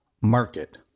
Market